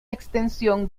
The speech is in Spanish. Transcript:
extensión